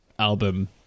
album